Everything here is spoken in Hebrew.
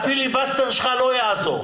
הפיליבסטר שלך לא יעזור.